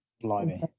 Blimey